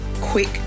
Quick